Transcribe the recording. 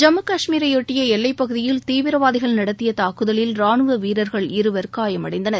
ஜம்மு கஷ்மீரையொட்டிய எல்லைப்பகுதியில் தீவிரவாதிகள் நடத்திய தாக்குதலில் ராணுவ வீரர்கள் இருவர் காயமடைந்தனர்